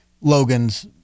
Logan's